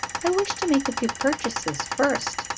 i wish to make a few purchases first,